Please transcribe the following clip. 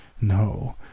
no